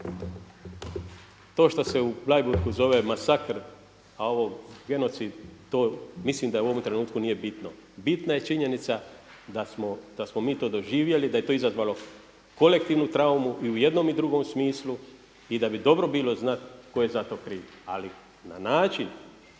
to što se u Bleiburgu zove masakr, a ovo genocid mislim da u ovom trenutku nije bitno. Bitna je činjenica da smo mi to doživjeli, da je to izazvalo kolektivnu traumu i u jednom i drugom smislu i da bi bilo dobro znati tko je za to kriv. Ali na način